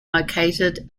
located